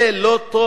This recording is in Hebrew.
זה לא טוב.